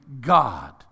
God